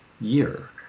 year